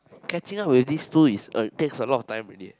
catching up with these two is uh takes a lot of time already eh